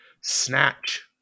Snatch